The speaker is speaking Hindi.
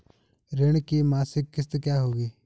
ऋण की मासिक किश्त क्या होगी?